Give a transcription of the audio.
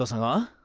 and